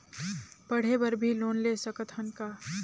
पढ़े बर भी लोन ले सकत हन का?